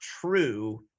true